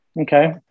Okay